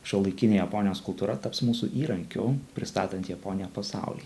šiuolaikinė japonijos kultūra taps mūsų įrankiu pristatant japoniją pasauly